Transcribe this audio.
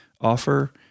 offer